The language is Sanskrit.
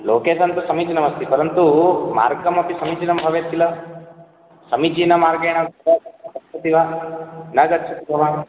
लोकेशन् तु समीचीनमस्ति परन्तु मार्गमपि समीचीनं भवेत् किल समीचीनमार्गेण गच्छति वा न गच्छति भवान्